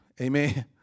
Amen